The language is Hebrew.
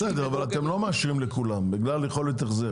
אבל אתם לא מאשרים לכולם בגלל יכולת החזר.